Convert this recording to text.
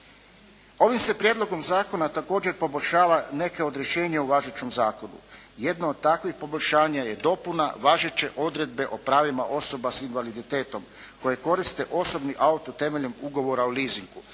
Ovim se prijedlogom zakona također poboljšava neke od rješenja u važećem zakonu. Jedno od takvih poboljšanja je dopuna važeće odredbe o pravima osoba s invaliditetom koje koriste osobni auto temeljem ugovora o leasing-u,